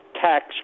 tax